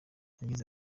yagize